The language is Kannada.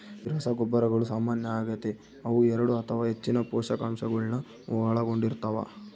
ಈ ರಸಗೊಬ್ಬರಗಳು ಸಾಮಾನ್ಯ ಆಗತೆ ಅವು ಎರಡು ಅಥವಾ ಹೆಚ್ಚಿನ ಪೋಷಕಾಂಶಗುಳ್ನ ಒಳಗೊಂಡಿರ್ತವ